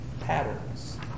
patterns